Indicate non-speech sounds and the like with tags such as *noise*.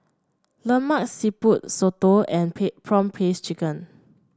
Lemak Siput soto and *unintelligible* prawn paste chicken